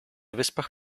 wyspach